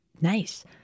Nice